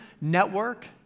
network